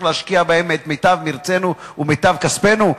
להשקיע בהם את מיטב מרצנו ומיטב כספנו?